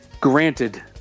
granted